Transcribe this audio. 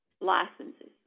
licenses